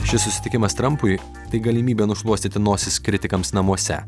šis susitikimas trampui tai galimybė nušluostyti nosis kritikams namuose